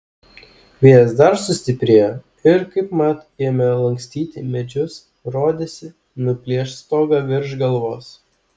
vėjas dar sustiprėjo ir kaipmat ėmė lankstyti medžius rodėsi nuplėš stogą virš galvos